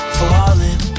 falling